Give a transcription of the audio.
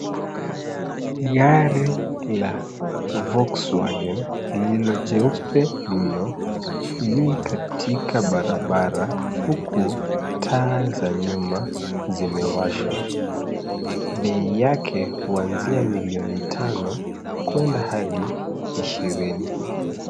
Gari la Volkwagen lililo jeupe mno , li katika barabara huku taa za nyuma zimewashwa. Bei yake huanzia milioni tano kuenda hadi ishirini .